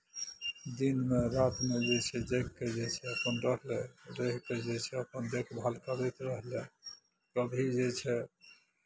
दिनमे रातिमे जे छै जागि कऽ जे छै अपन रहलै रहि कऽ जे छै अपन देखभाल करैत रहलै कभी जे छै